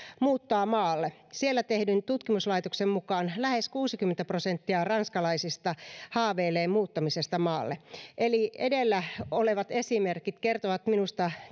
muuttaa maalle siellä tehdyn tutkimuksen mukaan lähes kuusikymmentä prosenttia ranskalaisista haaveilee muuttamisesta maalle eli edellä olevat esimerkit kertovat minusta